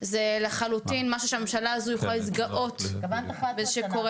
זה לחלוטין משהו שהממשלה הזו יכולה להתגאות, ממש,